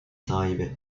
sahibi